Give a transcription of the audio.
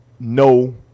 No